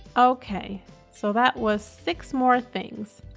okay so that was six more things.